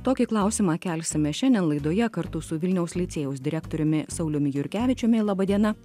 tokį klausimą kelsime šiandien laidoje kartu su vilniaus licėjaus direktoriumi sauliumi jurkevičiumi laba diena